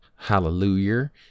hallelujah